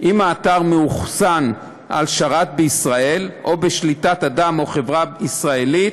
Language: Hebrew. אם האתר מאוחסן על שרת בישראל או בשליטת אדם או חברה ישראלית,